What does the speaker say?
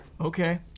Okay